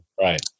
Right